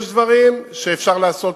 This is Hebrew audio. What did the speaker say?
יש דברים שאפשר לעשות,